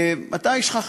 אתה איש חכם.